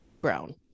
Brown